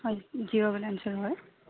হয় জিৰ' বেলেঞ্চৰ হয়